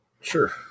Sure